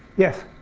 yes.